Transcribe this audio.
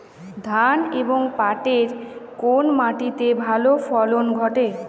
ধান এবং পাটের কোন মাটি তে ভালো ফলন ঘটে?